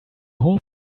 whole